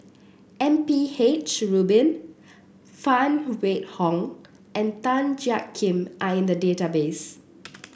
M P H Rubin Phan Wait Hong and Tan Jiak Kim are in the database